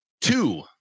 two